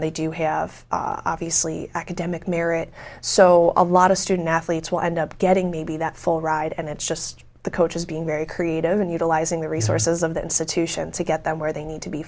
they do have obviously academic merit so a lot of student athletes will end up getting maybe that full ride and it's just the coach is being very creative and utilizing the resources of that institution to get them where they need to be